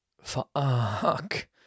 Fuck